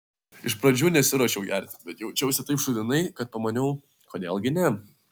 iš pradžių nesiruošiau gerti bet jaučiausi taip šūdinai kad pamaniau kodėl gi ne